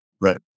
right